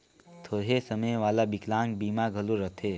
थोरहें समे वाला बिकलांग बीमा घलो रथें